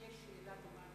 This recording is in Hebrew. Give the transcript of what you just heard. אם יש שאלה דומה,